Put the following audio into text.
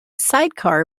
sidecar